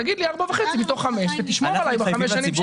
תגיד לי ארבע וחצי מתוך חמש ותשמור עלי בחמש השנים.